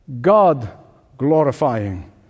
God-glorifying